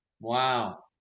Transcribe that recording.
Wow